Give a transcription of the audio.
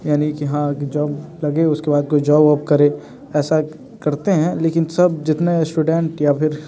यानी कि हाँ जॉब लगे उसके बाद कोई जॉब वॉब करे ऐसा करते हैं लेकिन सब जितना स्टूडेंट या फिर